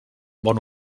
bon